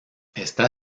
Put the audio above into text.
está